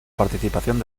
participación